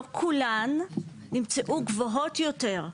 לא כולן נמצאו גבוהות יותר,